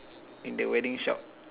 in the wedding shop